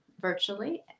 virtually